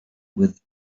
with